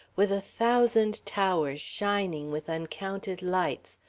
with a thousand towers shining with uncounted lights,